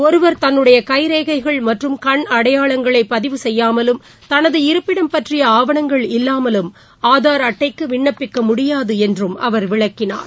ஒருவர் தன்னுடைய கைரேகைகள் மற்றும் கண் அடையாளங்களை பதிவு செய்யாமலும் தனது இருப்பிடம் பற்றிய ஆவணங்கள் இல்லாமலும் ஆதார் அட்டைக்கு விண்ணப்பிக்க முடியாது என்று அவர் விளக்கினார்